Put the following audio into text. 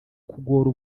kugora